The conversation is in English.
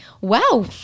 Wow